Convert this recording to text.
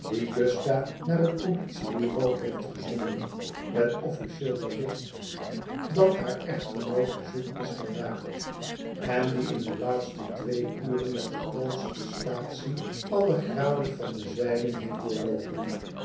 naar het politiebureau heeft gezonden met officieel bericht dat haar echtgenoot te zoek is geraakt en die in de laatste twee uren met de grootste staatsie alle graden van bezwijming heeft doorloopen